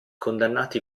condannati